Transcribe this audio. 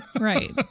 Right